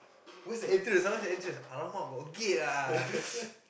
where's the entrance !huh! where's the entrance !alamak! got gate ah